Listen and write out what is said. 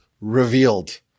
revealed